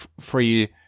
free